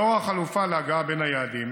לאור החלופה להגעה בין היעדים